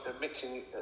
mixing